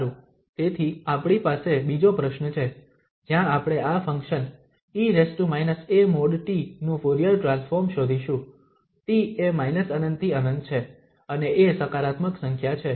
સારું તેથી આપણી પાસે બીજો પ્રશ્ન છે જ્યાં આપણે આ ફંક્શન e−a|t| નું ફુરીયર ટ્રાન્સફોર્મ શોધીશું t એ −∞ થી ∞ છે અને a સકારાત્મક સંખ્યા છે